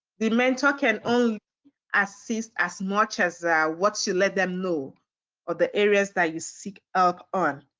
the mentor can only assist as much as what you let them know are the areas that you seek out on.